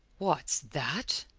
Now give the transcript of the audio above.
what's that?